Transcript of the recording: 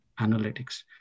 analytics